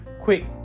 quick